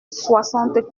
soixante